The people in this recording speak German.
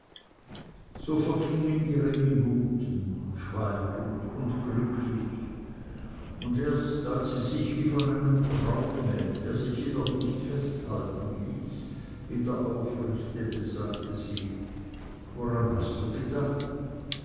so vergingen ihr minuten schweigend und glücklich und erst als sie sich wie von einem traume der sich doch nicht festhalten ließ wieder aufrichtete sagte sie woran hast du gedacht